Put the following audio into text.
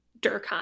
Durkheim